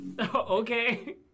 Okay